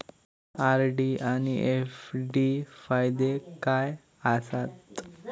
RD आनि FD फायदे काय आसात?